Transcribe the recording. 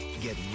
get